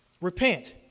repent